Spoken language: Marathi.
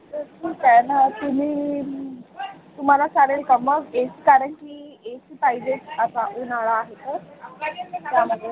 ठीक आहे ना तुम्ही तुम्हाला चालेल का मग एक कारण की ए सी पाहिजेच असा उन्हाळा आहे तर त्यामध्ये